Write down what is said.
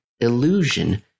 Illusion